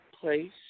place